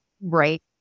right